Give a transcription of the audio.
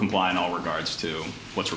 combine all regards to what's